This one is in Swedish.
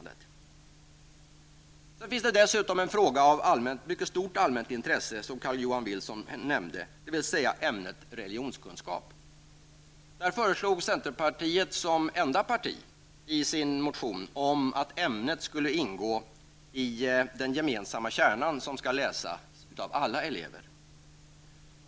Det finns dessutom en fråga av mycket stort allmänt intresse, som Carl-Johan Wilson nämnde, nämligen undervisning i ämnet religionskunskap. Där föreslår centerpartiet som enda parti i sin motion att ämnet skall ingå i den gemensamma kärnan som skall läsas av alla elever.